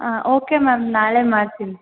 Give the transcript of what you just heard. ಹಾಂ okay ma'am ನಾಳೆ ಮಾಡ್ತಿನಿ